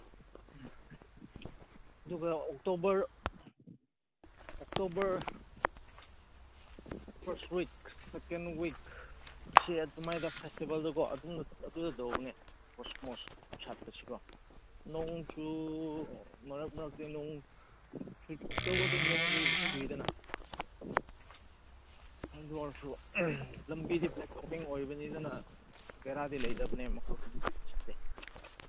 ꯎꯝ ꯑꯗꯨꯒ October October first week ꯁꯦꯀꯦꯟ ꯋꯤꯛꯁꯤ ꯑꯗꯨꯃꯥꯏꯗ ꯐꯦꯁꯇꯤꯚꯦꯜꯗꯨꯀꯣ ꯑꯗꯨ ꯃꯊꯛꯇ ꯑꯗꯨꯗ ꯇꯧꯕꯅꯦ ꯀꯣꯁꯃꯣꯁ ꯁꯥꯠꯄꯁꯦꯀꯣ ꯅꯣꯡ ꯃꯔꯛ ꯃꯔꯛꯇꯤ ꯅꯣꯡ ꯇꯧꯕꯨꯗꯤ ꯅꯣꯡꯗꯤ ꯆꯨꯏꯗꯅ ꯑꯗꯨ ꯑꯣꯏꯔꯁꯨ ꯂꯝꯕꯤꯗꯤ ꯕ꯭ꯂꯦꯛ ꯇꯣꯞꯄꯤꯡ ꯑꯣꯏꯕꯅꯤ ꯑꯗꯨꯅ ꯕꯦꯔꯥꯗꯤ ꯂꯩꯇꯕꯅꯦ ꯃꯈꯣꯏ ꯈꯨꯟ ꯆꯠꯄꯁꯤꯗꯤ